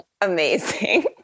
amazing